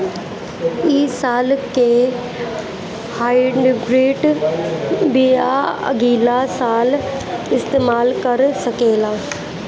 इ साल के हाइब्रिड बीया अगिला साल इस्तेमाल कर सकेला?